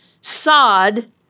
sod